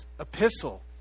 epistle